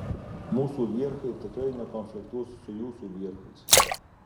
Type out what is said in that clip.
mūsų vierchai tikrai nekonfliktuos su jūsų vierchais